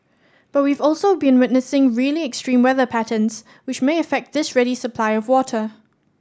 but we've also been witnessing really extreme weather patterns which may affect this ready supply of water